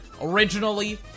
Originally